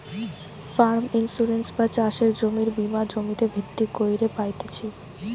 farm insurance বা চাষের জমির বীমা জমিতে ভিত্তি কইরে পাইতেছি